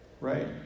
right